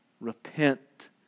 repent